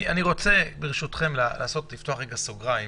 אני רוצה לפתוח רגע סוגריים